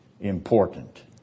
important